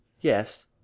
yes